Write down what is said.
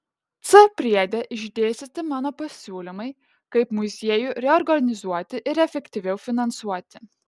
c priede išdėstyti mano pasiūlymai kaip muziejų reorganizuoti ir efektyviau finansuoti